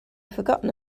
forgotten